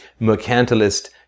mercantilist